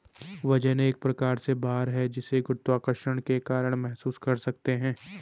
वजन एक प्रकार से भार है जिसे गुरुत्वाकर्षण के कारण महसूस कर सकते है